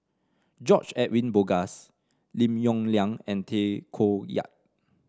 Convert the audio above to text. George Edwin Bogaars Lim Yong Liang and Tay Koh Yat